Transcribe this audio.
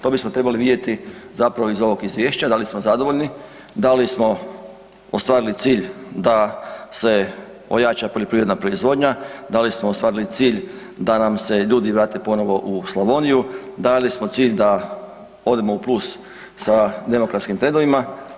To bismo trebali vidjeti zapravo iz ovog izvješća da li smo zadovoljni, da li smo ostvarili cilj da se ojača poljoprivredna proizvodnja, da li smo ostvarili cilj da nam se ljudi vrate ponovo u Slavoniju, da li smo cilj da odemo u plus sa demokratskim trendovima?